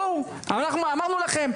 כפי שכבר אמרנו לכם,